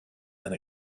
and